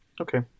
Okay